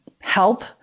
help